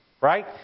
right